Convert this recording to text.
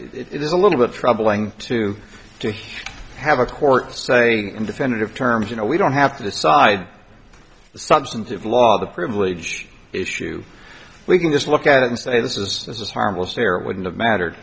hard it is a little bit troubling to to have a court say independent of terms you know we don't have to decide the substantive law the privilege issue we can just look at it and say this is as harmless here wouldn't have mattered